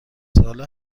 ساله